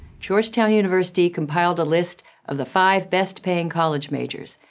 georgetown university compiled a list of the five best-paying college majors,